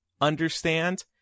understand